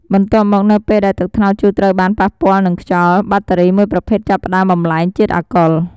បន្ទាប់មក នៅពេលដែលទឹកត្នោតជូរត្រូវបានប៉ះពាល់នឹងខ្យល់ បាក់តេរីមួយប្រភេទចាប់ផ្ដើមបំប្លែងជាតិអាល់កុល។